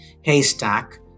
haystack